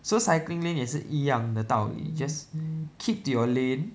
so cycling lane 也是一样的道理 just keep to your lane